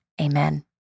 Amen